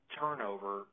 turnover